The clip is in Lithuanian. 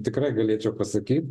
tikrai galėčiau pasakyt